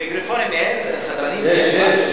מיקרופונים אין, סדרנים אין, מה?